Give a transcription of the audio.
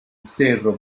cerro